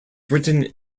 written